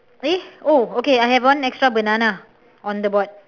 eh oh okay I have one extra banana on the board